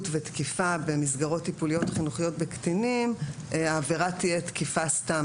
ותקיפה במסגרות טיפוליות-חינוכיות בקטינים העבירה תהיה תקיפה סתם.